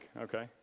Okay